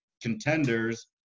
contenders